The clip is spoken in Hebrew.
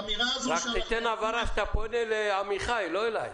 רק תיתן הבהרה שאתה פונה לעמיחי, לא אליי.